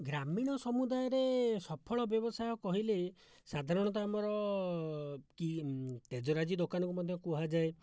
ଗ୍ରାମୀଣ ସମୁଦାୟରେ ସଫଳ ବ୍ୟବସାୟ କହିଲେ ସାଧାରଣତଃ ଆମର କି ତେଜରାତି ଦୋକାନକୁ ମଧ୍ୟ କୁହାଯାଏ